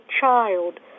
child